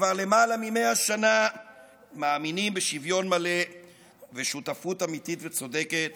שכבר למעלה מ-100 שנה מאמינים בשוויון מלא ושותפות אמיתית וצודקת